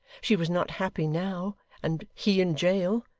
she was not happy now, and he in jail?